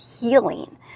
healing